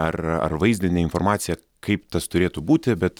ar ar vaizdinė informacija kaip tas turėtų būti bet